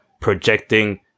projecting